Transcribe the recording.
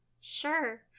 Sure